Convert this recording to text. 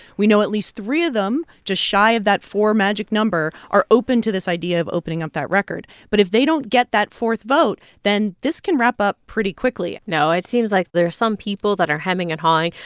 we know at least three of them just shy of that four magic number are open to this idea of opening up that record. but if they don't get that fourth vote, then this can wrap up pretty quickly now, it seems like there are some people that are hemming and hawing.